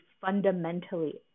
fundamentally